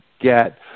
get